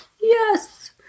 yes